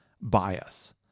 bias